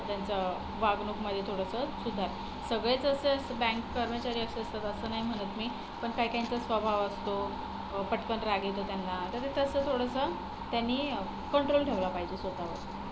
त्यांचं वागणुकीमध्ये थोडंसं सुधार सगळेच असे असं बँक कर्मचारी असं असतात असं नाही म्हणत मी पण काहीकाहींचा स्वभाव असतो पटकन राग येतो त्यांना तर ते तसं थोडंसं त्यांनी कंट्रोल ठेवला पाहिजे स्वतःवर